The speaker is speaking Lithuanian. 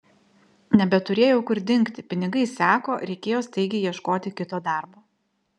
nebeturėjau kur dingti pinigai seko reikėjo staigiai ieškoti kito darbo